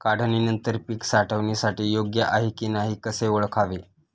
काढणी नंतर पीक साठवणीसाठी योग्य आहे की नाही कसे ओळखावे?